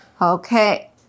Okay